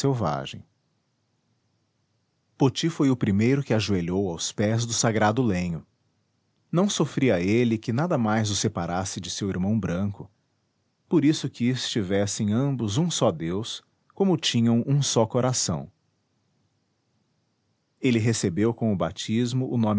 selvagem poti foi o primeiro que ajoelhou aos pés do sagrado lenho não sofria ele que nada mais o separasse de seu irmão branco por isso quis tivessem ambos um só deus como tinham um só coração ele recebeu com o batismo